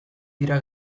dira